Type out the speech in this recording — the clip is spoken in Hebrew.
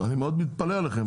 אני מאוד מתפלא עליכם,